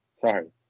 Sorry